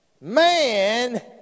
Man